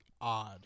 odd